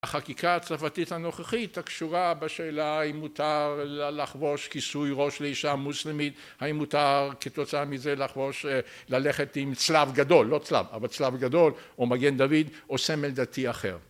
החקיקה הצרפתית הנוכחית הקשורה בשאלה האם מותר לחבוש כיסוי ראש לאישה מוסלמית האם מותר כתוצאה מזה לחבוש ללכת עם צלב גדול לא צלב אבל צלב גדול או מגן דוד או סמל דתי אחר